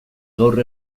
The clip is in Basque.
gaur